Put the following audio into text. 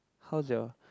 how is your